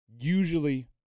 usually